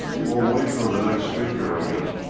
we'll wait for the next speaker, i guess.